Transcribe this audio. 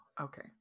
okay